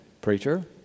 preacher